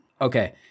Okay